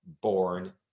born